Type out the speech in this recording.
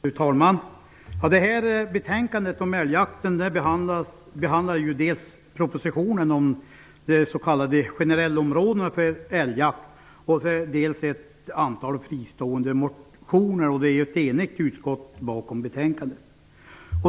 Fru talman! I det här betänkandet om älgjakten behandlas dels propositionen om de s.k. generellområdena för älgjakt, dels ett antal fristående motioner. Det är ett enigt utskott som står bakom betänkandet.